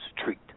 Street